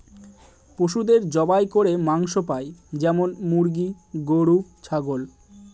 পশুদের জবাই করে মাংস পাই যেমন মুরগি, গরু, ছাগল